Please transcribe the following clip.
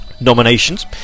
nominations